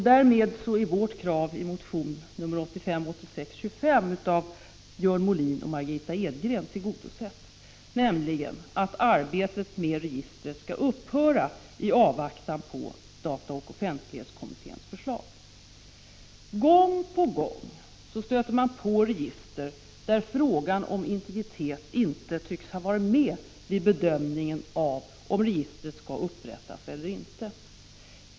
Därmed är vårt krav i motion 1985/86:25 av Björn Molin och Margitta Edgren tillgodosett, nämligen att arbetet med registret skall upphöra i avvaktan på dataoch offentlighetskommitténs förslag. Gång på gång stöter man på register där frågan om integritet inte tycks ha varit med vid bedömningen om registret skall upprättas eller inte.